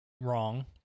wrong